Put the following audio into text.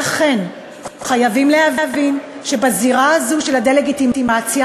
לכן, חייבים להבין שבזירה הזו של הדה-לגיטימציה